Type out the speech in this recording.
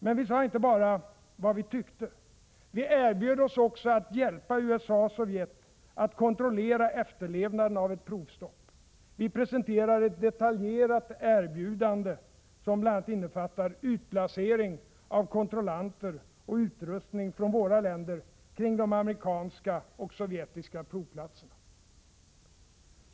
Men vi sade inte bara vad vi tyckte — vi erbjöd oss också att hjälpa USA och Sovjet att kontrollera efterlevnaden av ett provstopp. Vi presenterade ett detaljerat erbjudande som bl.a. innefattar utplacering av kontrollanter och utrustning från våra länder kring de amerikanska och sovjetiska provplatserna.